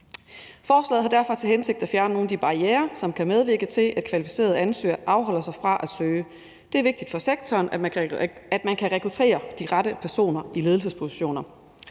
Forslaget har derfor til hensigt at fjerne nogle af de barrierer, som kan medvirke til, at kvalificerede ansøgere afholder sig fra at søge. Det er vigtigt for sektoren, at man kan rekruttere de rette personer i ledelsespositioner.